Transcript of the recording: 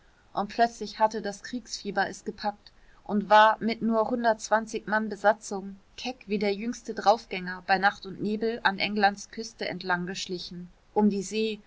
und plötzlich hatte das kriegsfieber es gepackt und war mit nur hundertundzwanzig mann besatzung keck wie der jüngste draufgänger bei nacht und nebel an englands küsten entlang geschlichen um die see